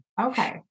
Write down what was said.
Okay